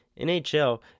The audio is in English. NHL